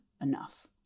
enough